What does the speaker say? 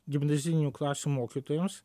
gimnazinių klasių mokytojams